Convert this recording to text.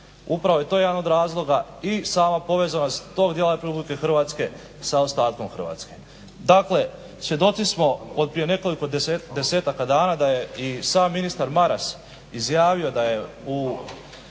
Upravo je to jedan od razloga i sama povezanost tog dijela Republike Hrvatske sa ostatkom Hrvatske. Dakle, svjedoci smo od prije nekoliko 10-aka dana da je i sam ministar Maras izjavio da je u